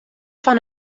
fan